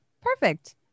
perfect